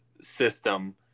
system